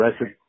Right